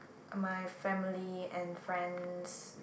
my family and friends